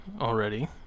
already